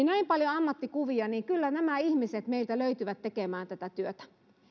näin paljon ammattikuvia kyllä nämä ihmiset meiltä löytyvät tekemään tätä työtä